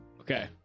Okay